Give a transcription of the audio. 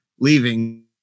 leaving